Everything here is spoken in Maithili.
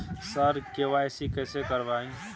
सर के.वाई.सी कैसे करवाएं